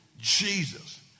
Jesus